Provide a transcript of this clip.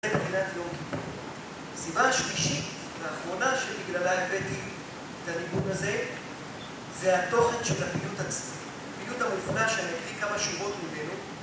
...הסיבה השלישית והאחרונה שבגללה הבאתי את הניגון הזה זה התוכן של הפיוט עצמי. הפיוט המופלא שאני אקריא כמה שורות ממנו.